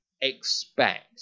expect